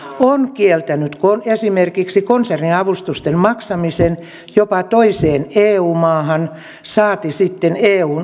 on kieltänyt esimerkiksi konserniavustusten maksamisen jopa toiseen eu maahan saati sitten eun